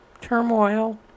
turmoil